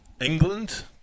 England